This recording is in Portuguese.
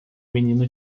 menino